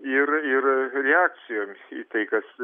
ir ir reakcijomis į tai kas